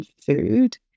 food